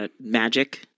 Magic